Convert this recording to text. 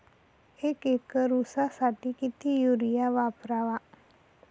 एक एकर ऊसासाठी किती युरिया वापरावा?